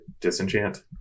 disenchant